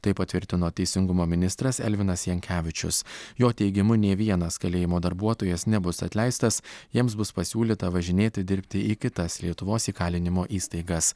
tai patvirtino teisingumo ministras elvinas jankevičius jo teigimu nė vienas kalėjimo darbuotojas nebus atleistas jiems bus pasiūlyta važinėti dirbti į kitas lietuvos įkalinimo įstaigas